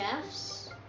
chefs